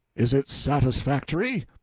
is it satisfactory?